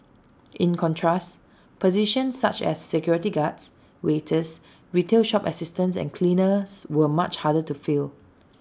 in contrast positions such as security guards waiters retail shop assistants and cleaners were much harder to fill